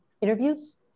interviews